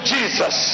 Jesus